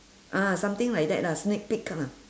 ah something like that lah sneak peek lah